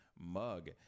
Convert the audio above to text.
mug